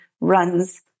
runs